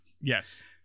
Yes